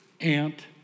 Aunt